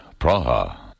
Praha